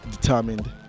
determined